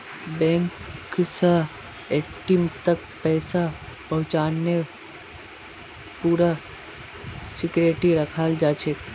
bank स ATM तक पैसा पहुंचाते पूरा सिक्रेट रखाल जाछेक